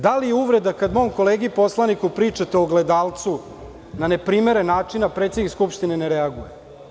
Da li je uvreda kada mom kolegi poslaniku pričate o ogledalcu na neprimeren način a predsednik Skupštine ne reaguje?